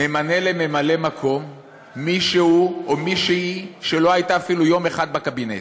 ממנה לממלא מקום מישהו או מישהי שלא הייתה אפילו יום אחד בקבינט?